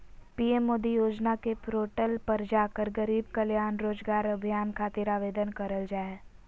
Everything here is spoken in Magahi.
पीएम मोदी योजना के पोर्टल पर जाकर गरीब कल्याण रोजगार अभियान खातिर आवेदन करल जा हय